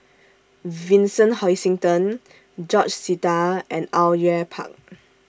Vincent Hoisington George Sita and Au Yue Pak